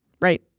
right